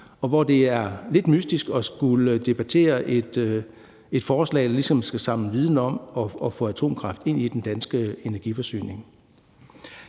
og hvor det er lidt mystisk at skulle debattere et forslag, der ligesom skal samle viden om at få atomkraft ind i den danske energiforsyning.